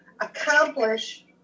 accomplish